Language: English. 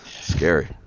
scary